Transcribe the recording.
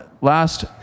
Last